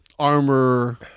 Armor